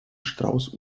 strauss